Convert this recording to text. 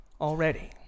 already